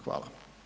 Hvala.